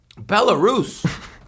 Belarus